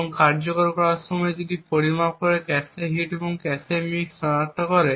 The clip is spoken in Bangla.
এবং কার্যকর করার সময় পরিমাপ করে এবং ক্যাশে হিট এবং ক্যাশে মিস শনাক্ত করে